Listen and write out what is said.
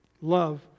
love